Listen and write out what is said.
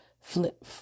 flip